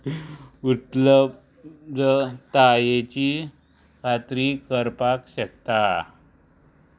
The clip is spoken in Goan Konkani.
उत्लब ज तायेची खात्री करपाक शकता